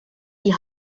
die